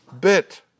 bit